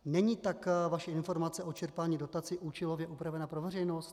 Není tak vaše informace o čerpání dotace účelově upravená pro veřejnost?